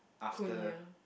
cornea